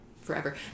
Forever